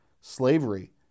slavery